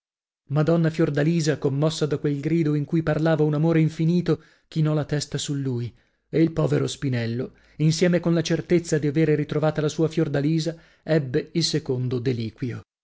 madonna fiordalisa commossa da quel grido in cui parlava un amore infinito chinò la testa su lui e il povero spinello insieme con la certezza di avere ritrovata la sua fiordalisa ebbe il secondo deliquio